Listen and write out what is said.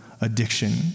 addiction